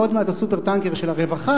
ועוד מעט ה"סופר-טנקר" של הרווחה,